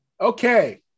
okay